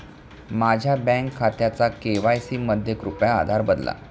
माझ्या बँक खात्याचा के.वाय.सी मध्ये कृपया आधार बदला